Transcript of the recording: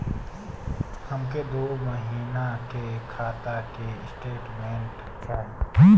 हमके दो महीना के खाता के स्टेटमेंट चाही?